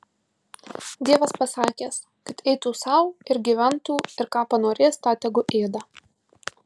dievas pasakęs kad eitų sau ir gyventų ir ką panorės tą tegu ėda